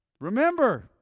remember